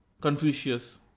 Confucius